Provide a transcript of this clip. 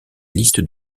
liste